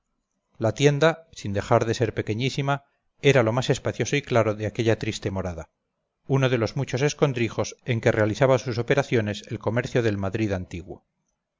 la tienda sin dejar de ser pequeñísima era lo más espacioso y claro de aquella triste morada uno de los muchos escondrijos en que realizaba sus operaciones el comercio del madrid antiguo